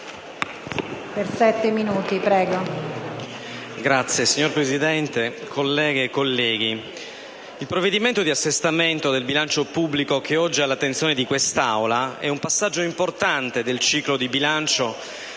*(PD)*. Signora Presidente, colleghe e colleghi, il provvedimento di assestamento del bilancio pubblico, oggi all'attenzione di quest'Aula è un passaggio importante del ciclo di bilancio